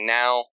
now